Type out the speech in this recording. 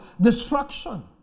destruction